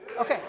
okay